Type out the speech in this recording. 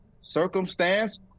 circumstance